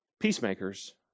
Peacemakers